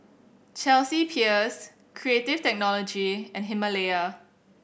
Chelsea Peers Creative Technology and Himalaya